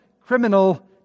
criminal